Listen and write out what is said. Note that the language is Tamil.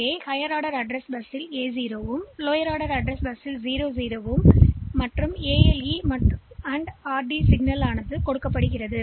எனவே இது உயர் வரிசை முகவரி பஸ் A0 ஆகவும் லோயர் ஆர்டர் பஸ் கிடைத்தது 00 ஆகவும் ALE கொடுக்கப்பட்டுள்ளது மற்றும் RD வழங்கப்படுகிறது